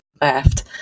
left